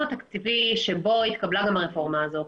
התקציבי בתקציב המדינה שבו הוחלט על הרפורמה הזו.